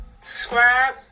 Subscribe